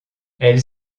elle